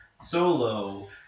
Solo